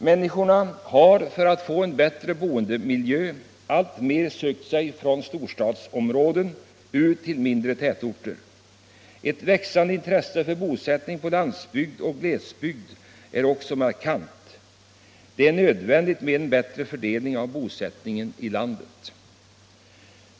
Människorna har för att få en bättre boendemiljö alltmer sökt sig från storstadsområden ut till de mindre tätorterna. Ett växande intresse för bosättning i landsbygd och glesbygd är också markant. Det är nödvändigt med en bättre fördelning av bosättningen i landet.